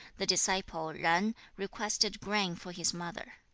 the disciple zan requested grain for his mother.